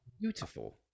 Beautiful